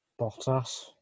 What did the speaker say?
Bottas